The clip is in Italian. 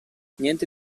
niente